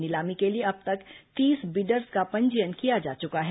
नीलामी के लिए अब तक तीस बिडर्स का पंजीयन किया जा चुका है